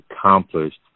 accomplished